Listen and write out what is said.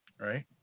Right